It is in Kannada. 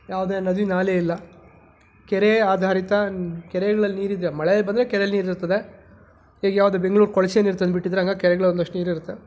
ಯಾವುದೇ ನದಿ ನಾಲೆ ಇಲ್ಲ ಕೆರೆ ಆಧಾರಿತ ಕೆರೆಗಳಲ್ಲಿ ನೀರಿದ್ದರೆ ಮಳೆ ಬಂದರೆ ಕೆರೆಯಲ್ಲಿ ನೀರಿರ್ತದೆ ಈಗ ಯಾವುದು ಬೆಂಗಳೂರು ಕೊಳಚೆ ನೀರು ತಂದುಬಿಟ್ಟಿದ್ರು ಹಾಗಾಗಿ ಕೆರೆಗಳಲ್ಲಿ ಒಂದಷ್ಟು ನೀರಿರುತ್ತೆ